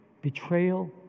betrayal